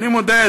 אני מודה,